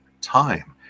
time